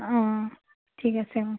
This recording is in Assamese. অ' ঠিক আছে অ'